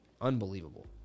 Unbelievable